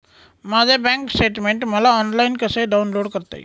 माझे bank statement मला online कसे डाउनलोड करता येईल?